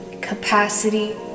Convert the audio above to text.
capacity